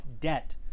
debt